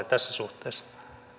tässä suhteessa